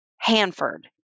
Hanford